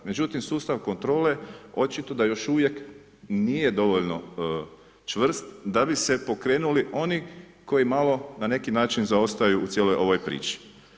Međutim sustav kontrole očito da još uvijek nije dovoljno čvrst da bi se pokrenuli oni koji malo na neki način zaostaju u cijeloj ovoj priči.